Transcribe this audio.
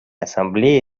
ассамблеи